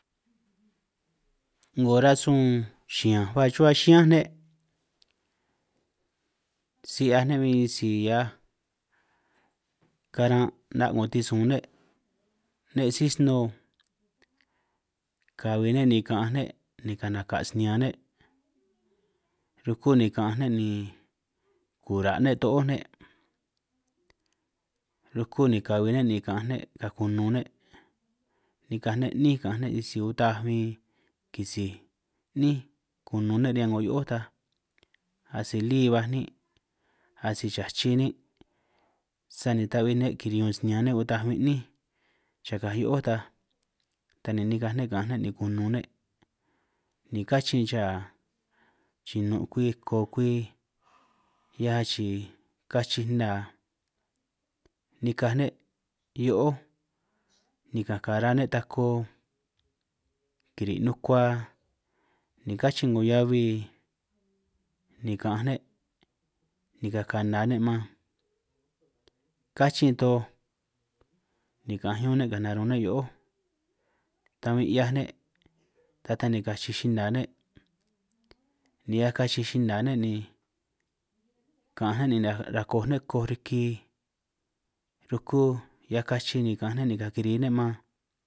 'Ngo rasun xiñanj hua chuhua xiñán ne', si 'hiaj ne' huin si hiaj karan' 'na' 'ngo tisun ne' sí sno'o kahui ne' ni kaanj ne', ni naka' snean ne' rukú ni kaanj ne' ni kura' ne' too ne', ruku ni kahui ne' ni kaanj ne', kaanj kunun ne' nikaj ne' 'níin kaanj ne', sisi utaj huin kisij 'nín kunun ne' riñan 'ngo hio'ó ta, asi lí baj nín' asi chachi' nín' sani ta'bbi ne' kiriñun snean ne' utaj huin 'nínj chakaj hio'ó ta, ta ni nikaj ne' kaanj ne' ni kunun ne' ni kachin chaa chinun' kwi ko kwi, hiaj achii' kachij nnaa nikaj ne' hio'ó ni kaanj kara ne' tako, kiri' nukua ni kachin 'ngo hiabi, ni kaanj ne' ni kaanj kana ne' man, kachin toj ni kaanj ñún ne' kaanj narun' ne' hio'ó, ta huin 'hiaj ne' ta taj ni kachij yina ne', ni hiaj kachij yina ne' ni kaanj ne' ni rakoj ne' koj riki, ruku hiaj kachi ni kaanj ne' ni kaanj kiri ne' man.